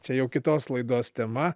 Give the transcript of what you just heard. čia jau kitos laidos tema